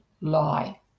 lie